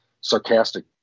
sarcastic